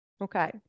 Okay